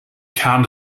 kern